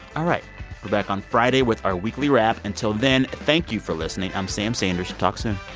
all right. we're back on friday with our weekly wrap. until then, thank you for listening. i'm sam sanders. talk soon